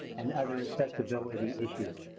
and other accessibility issues.